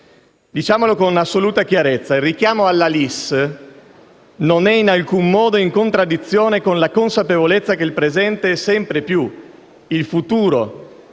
Diciamolo con assoluta chiarezza: il richiamo alla LIS non è in alcun modo in contraddizione con la consapevolezza che il presente, e ancor più il futuro